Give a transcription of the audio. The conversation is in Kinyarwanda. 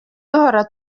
duhora